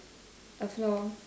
a floor